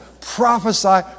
prophesy